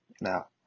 Now